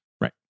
Right